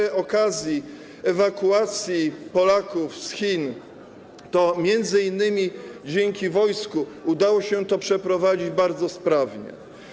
Jeśli chodzi o ewakuację Polaków z Chin to m.in. dzięki wojsku udało się to przeprowadzić bardzo sprawnie.